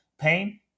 Pain